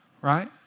Right